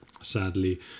sadly